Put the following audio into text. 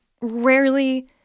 rarely